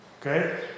okay